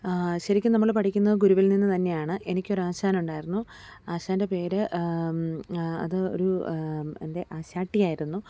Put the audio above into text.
ശരിക്കും നമ്മൾ പഠിക്കുന്നത് ഗുരുവിൽ നിന്ന് തന്നെയാണ് എനിക്കൊരാശാനുണ്ടായിരുന്നു ആശാന്റെ പേര് അത് ഒരു എന്റെ ആശാട്ടിയായിരുന്നു